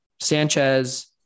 sanchez